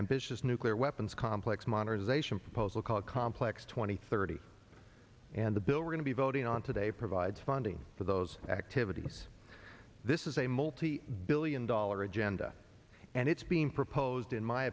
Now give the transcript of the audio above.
ambitious nuclear weapons complex modernization proposal called complex twenty thirty and the bill we're going to be voting on today provides funding for those activities this is a multi billion dollar agenda and it's being proposed in my